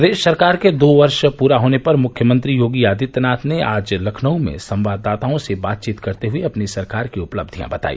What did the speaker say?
प्रदेश सरकार के दो वर्ष पूरा होने पर मुख्यमंत्री योगी आदित्यनाथ ने आज लखनऊ में संवाददाताओं से बातचीत करते हुए अपनी सरकार की उपलब्धियां बताई